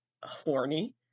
horny